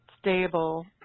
stable